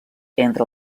entre